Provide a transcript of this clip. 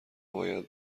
باید